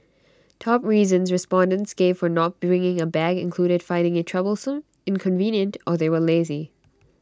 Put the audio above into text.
top reasons respondents gave for not bringing A bag included finding IT troublesome inconvenient or they were lazy